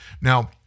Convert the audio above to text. Now